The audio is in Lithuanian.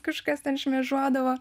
kažkas ten šmėžuodavo